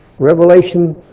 Revelation